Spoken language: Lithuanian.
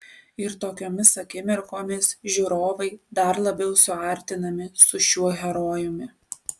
ir tokiomis akimirkomis žiūrovai dar labiau suartinami su šiuo herojumi